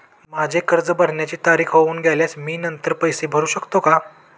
माझे कर्ज भरण्याची तारीख होऊन गेल्यास मी नंतर पैसे भरू शकतो का?